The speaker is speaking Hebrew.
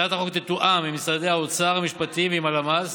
הצעת החוק תתואם עם משרדי האוצר והמשפטים ועם הלמ"ס,